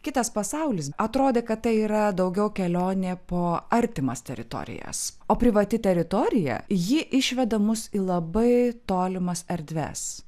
kitas pasaulis atrodė kad tai yra daugiau kelionė po artimas teritorijas o privati teritorija ji išveda mus į labai tolimas erdves